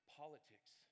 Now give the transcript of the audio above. politics